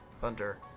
thunder